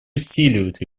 усиливают